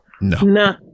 No